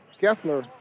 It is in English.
Kessler